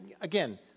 again